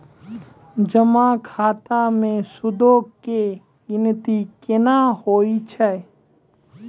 जमा खाता मे सूदो के गिनती केना होय छै?